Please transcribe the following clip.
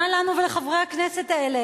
מה לנו ולחברי הכנסת האלה?